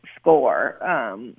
score